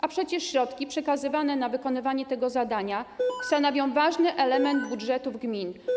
A przecież środki przekazywane na wykonywanie tego zadania stanowią ważny element budżetów gmin.